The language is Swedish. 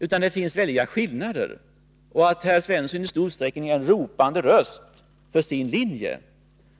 Det är i stället väldiga skillnader, och i stor utsträckning är herr Svensson en ropandes röst för sin linje.